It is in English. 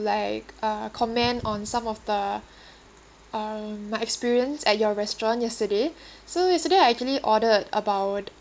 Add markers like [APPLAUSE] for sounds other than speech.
like uh comment on some of the [BREATH] uh my experience at your restaurant yesterday [BREATH] so yesterday I actually ordered about